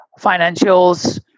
financials